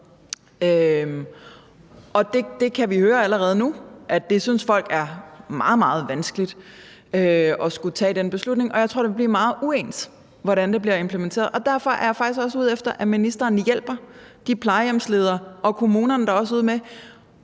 Det kan vi høre allerede nu: at folk synes, det er meget, meget vanskeligt at skulle tage den beslutning, og jeg tror, at det vil blive implementeret meget uens. Derfor er jeg faktisk også ude efter, at ministeren hjælper de plejehjemsledere og kommunerne derude med